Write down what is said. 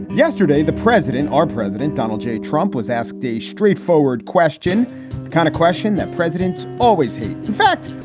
yesterday, the president, our president, donald j. trump was asked a straightforward question kind of question that presidents always hate. in fact,